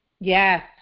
yes